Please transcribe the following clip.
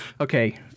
okay